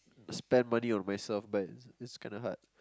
spend money on myself but it's kinda hard